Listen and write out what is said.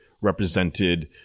represented